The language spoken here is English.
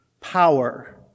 power